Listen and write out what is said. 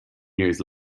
years